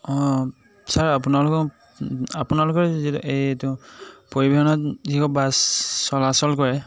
অঁ ছাৰ আপোনালোকক আপোনালোকৰ এই যিটো এইটো পৰিবহনত যিবোৰ বাছ চলাচল কৰে